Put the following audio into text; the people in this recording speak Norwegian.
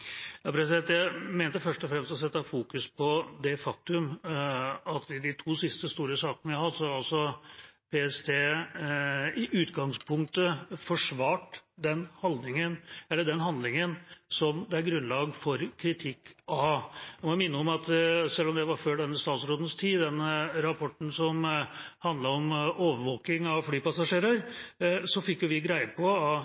Jeg mente først og fremst å fokusere på det faktum at PST i de to siste store sakene vi har hatt, i utgangspunktet har forsvart den handlingen som det er grunnlag for kritikk av. Jeg vil minne om – selv om det var før denne statsrådens tid – rapporten som handlet om overvåking av flypassasjerer.